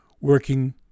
working